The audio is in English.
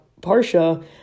Parsha